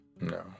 No